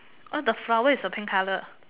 the flower is the pink colour